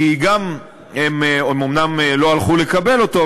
כי הם אומנם לא הלכו לקבל אותו,